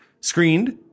Screened